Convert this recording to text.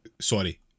sorry